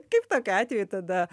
kaip tokiu atveju tada